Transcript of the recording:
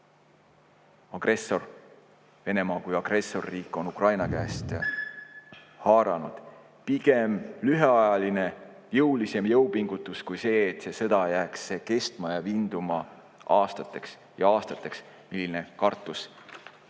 mis Venemaa kui agressorriik on Ukraina käest haaranud. Pigem lühiajaline jõuline jõupingutus kui see, et see sõda jääb kestma ja vinduma aastateks ja aastateks. Selline kartus